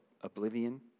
oblivion